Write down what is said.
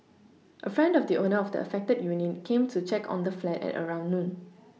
a friend of the owner of the affected unit came to check on the flat at around noon